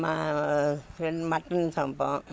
ம ரென் மட்டன் சமைப்போம்